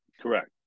Correct